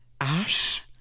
Ash